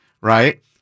right